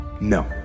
No